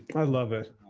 i love it.